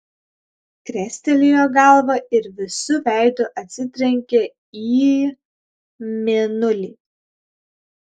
krestelėjo galvą ir visu veidu atsitrenkė į mėnulį